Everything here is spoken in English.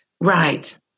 Right